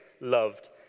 loved